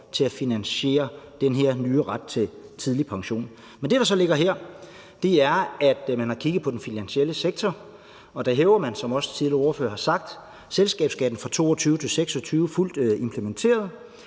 til at finansiere den her nye ret til tidlig pension. Men det, der så ligger her, er, at man har kigget på den finansielle sektor, og der hæver man, som også tidligere ordførere har sagt, selskabsskatten fra 2022 til 26 pct., når den er